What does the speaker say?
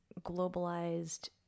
globalized